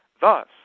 Thus